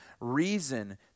reason